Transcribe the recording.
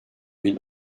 bin